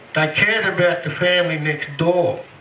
they cared about the family next door.